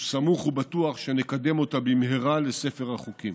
וסמוך ובטוח שנקדם אותה במהרה לספר החוקים.